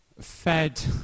fed